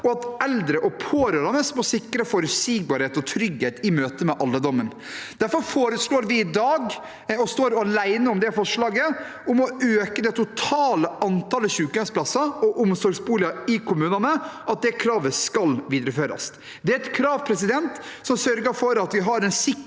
og at eldre og pårørende må sikres forutsigbarhet og trygghet i møte med alderdommen. Derfor foreslår vi i dag – og vi står alene om det forslaget – å øke det totale antallet sykehjemsplasser og omsorgsboliger i kommunene, og at det kravet skal videreføres. Det er et krav som sørger for at vi har en